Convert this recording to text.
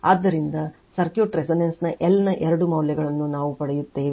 ಆದ್ದರಿಂದ circuit resonance ನ L ನ ಎರಡು ಮೌಲ್ಯಗಳನ್ನು ನಾವು ಪಡೆಯುತ್ತೇವೆ